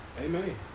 Amen